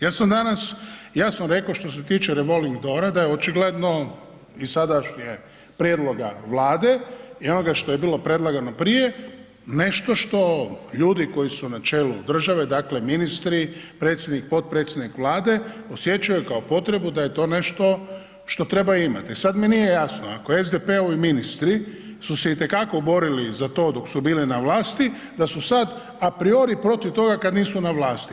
Ja sam danas jasno rekao što se tiče revolving doora da je očigledno iz sadašnjeg prijedloga Vlade i onoga što je bili predlagano prije, nešto što ljudi koji su na čelu države, dakle ministri, predsjednik, potpredsjednik Vlade, osjećaju kao potrebu da je to nešto što treba imati i sad mi nije jasno ako SDP-ovi ministri su se itekako borili za to dok su bili na vlasti, da su sad apriori protiv toga kad nisu na vlasti.